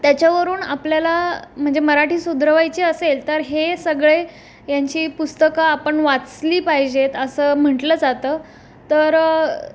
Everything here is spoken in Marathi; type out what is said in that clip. त्याच्यावरून आपल्याला म्हणजे मराठी सुधारायची असेल तर हे सगळे यांची पुस्तकं आपण वाचली पाहिजेत असं म्हटलं जातं तर